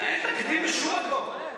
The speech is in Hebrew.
אין תקדים בשום מקום.